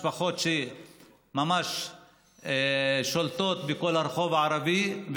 משפחות שממש שולטות בכל הרחוב הערבי.